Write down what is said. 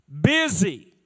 Busy